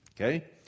Okay